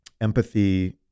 empathy